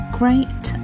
great